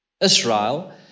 Israel